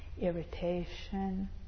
irritation